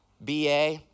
BA